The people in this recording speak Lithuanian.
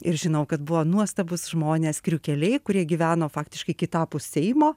ir žinau kad buvo nuostabūs žmonės kriukeliai kurie gyveno faktiškai kitapus seimo